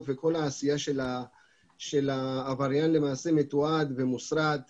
וכל העשייה של העבריין למעשה מתועדות ומוסרטות